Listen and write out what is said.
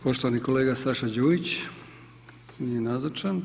Poštovani kolega Saša Đujić, nije nazočan.